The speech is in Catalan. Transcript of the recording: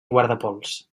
guardapols